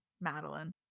madeline